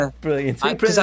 brilliant